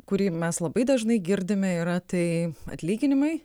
kurį mes labai dažnai girdime yra tai atlyginimai